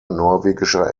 norwegischer